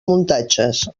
muntatges